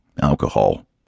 alcohol